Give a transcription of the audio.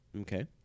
Okay